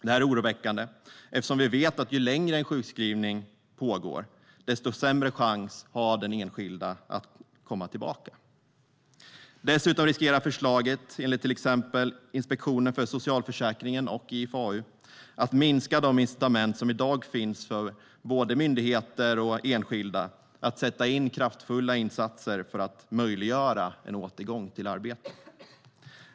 Det är oroväckande, eftersom vi vet att ju längre en sjukskrivning pågår, desto sämre chans har den enskilde att komma tillbaka. Dessutom riskerar förslaget - enligt till exempel Inspektionen för socialförsäkringen och IFAU - att minska de incitament som i dag finns för både myndigheter och enskilda att sätta in kraftfulla insatser för att möjliggöra återgång till arbete.